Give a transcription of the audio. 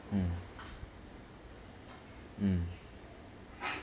mm mm